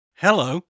Hello